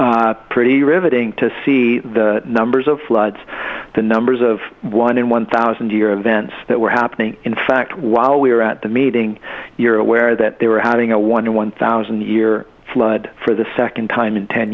pretty riveting to see the numbers of floods the numbers of one in one thousand year events that were happening in fact while we were at the meeting you're aware that they were having a one in one thousand year flood for the second time in ten